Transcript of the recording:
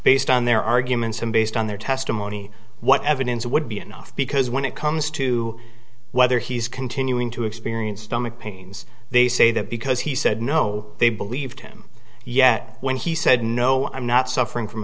based on their arguments and based on their testimony what evidence would be enough because when it comes to whether he's continuing to experience stomach pains they say that because he said no they believed him yet when he said no i'm not suffering from